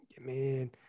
man